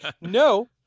No